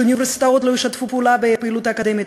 שאוניברסיטאות לא ישתפו פעולה בפעילות האקדמית.